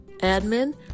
admin